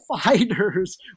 fighters